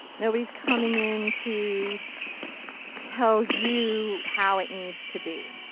nobody is coming in to tell you how it needs to be.